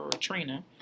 Trina